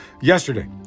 Yesterday